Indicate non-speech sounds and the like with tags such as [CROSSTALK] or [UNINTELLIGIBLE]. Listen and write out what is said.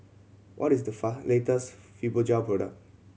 what is the [UNINTELLIGIBLE] latest Fibogel product